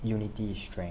unity is strength